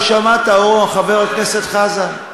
לא שמעת, חבר הכנסת חזן.